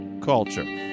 culture